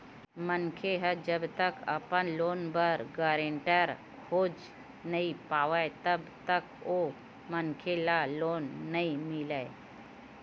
मनखे ह जब तक अपन लोन बर गारेंटर खोज नइ पावय तब तक ओ मनखे ल लोन नइ मिलय